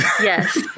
yes